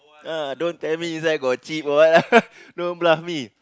ah don't tell me got there cheat what ah don't bluff me